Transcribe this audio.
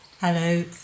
Hello